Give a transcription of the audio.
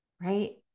right